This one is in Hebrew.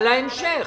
על ההמשך.